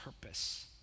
purpose